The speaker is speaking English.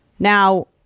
now